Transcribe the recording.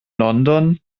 london